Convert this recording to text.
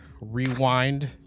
rewind